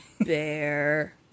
bear